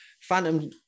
Phantom